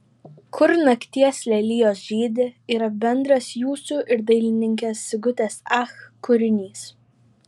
kur nakties lelijos žydi yra bendras jūsų ir dailininkės sigutės ach kūrinys